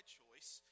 choice